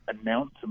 announce